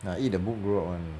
ah eat the book grow up [one]